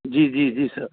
जी जी जी सर